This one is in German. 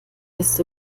ist